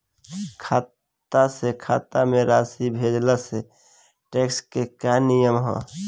खाता से खाता में राशि भेजला से टेक्स के का नियम ह?